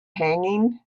hanging